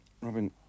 Robin